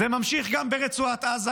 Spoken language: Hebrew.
זה נמשך גם ברצועת עזה,